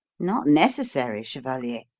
not necessary, chevalier.